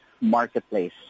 marketplace